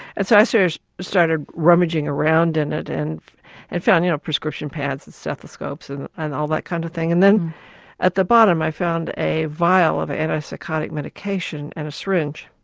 and so i so started rummaging around in it and and found you know prescription pads, pads, stethoscopes and and all that kind of thing and then at the bottom i found a vial of anti-psychotic medication and a syringe.